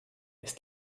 ist